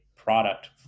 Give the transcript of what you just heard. product